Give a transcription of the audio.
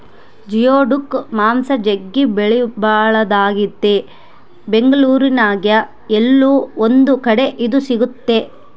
geoduck ಮಾಂಸ ಜಗ್ಗಿ ಬೆಲೆಬಾಳದಾಗೆತೆ ಬೆಂಗಳೂರಿನ್ಯಾಗ ಏಲ್ಲೊ ಒಂದು ಕಡೆ ಇದು ಸಿಕ್ತತೆ